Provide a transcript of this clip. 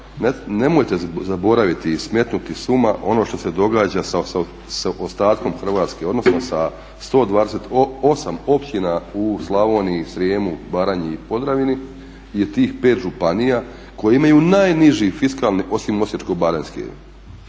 nemojte zaboraviti i smetnuti s uma ono što se događa sa ostatkom Hrvatske, odnosno sa 128 općina u Slavoniji, Srijemu, Baranji i Podravini i tih 5 županija koje imaju najniži fiskalni osim Osječko-baranjske,